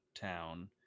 town